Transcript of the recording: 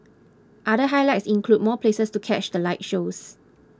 other highlights include more places to catch the light shows